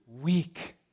weak